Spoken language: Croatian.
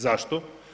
Zašto?